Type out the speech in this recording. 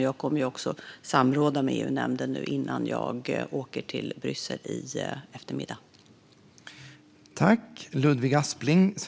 Jag kommer också att samråda med EU-nämnden innan jag åker till Bryssel i eftermiddag.